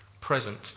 present